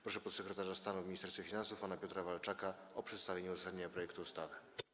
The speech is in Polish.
Proszę podsekretarza stanu w Ministerstwie Finansów pana Piotra Walczaka o przedstawienie uzasadnienia projektu ustawy.